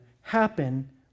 happen